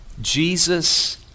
Jesus